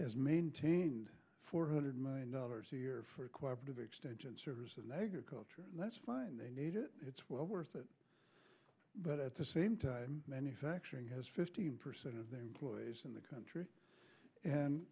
has maintained four hundred million dollars a year for quite a bit of extension service a leg or culture and that's fine they need it it's well worth it but at the same time manufacturing has fifteen percent of their employees in the country and